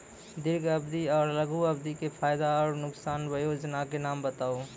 दीर्घ अवधि आर लघु अवधि के फायदा आर नुकसान? वयोजना के नाम बताऊ?